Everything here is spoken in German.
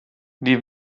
die